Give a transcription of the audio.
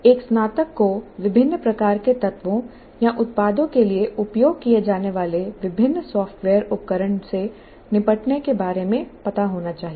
एक स्नातक को विभिन्न प्रकार के तत्वों या उत्पादों के लिए उपयोग किए जाने वाले विभिन्न सॉफ़्टवेयर उपकरण से निपटने के बारे में पता होना चाहिए